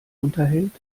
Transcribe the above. unterhält